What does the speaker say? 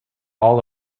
all